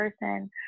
person